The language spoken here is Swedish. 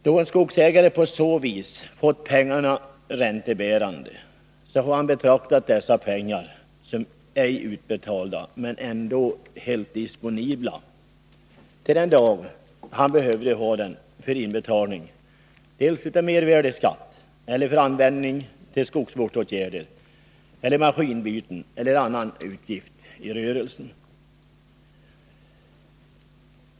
Då en skogsägare på så viss fått pengarna räntebärande har han betraktat dessa pengar som ej utbetalda men ändå helt disponibla den dag han behövde dem för inbetalning av mervärdeskatt eller för användning till skogsvårdsåtgärder eller maskinbyten eller annan utgift i rörelsen.